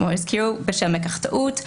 כמו שהזכירו בשם "מקח טעות",